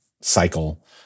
cycle